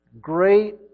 great